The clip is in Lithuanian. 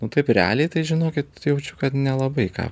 nu taip realiai tai žinokit jaučiu kad nelabai ką